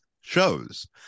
shows